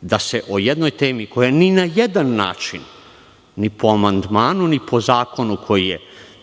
da se o jednoj temi koja ni na jedan način ni po amandmanu ni po zakonu koji je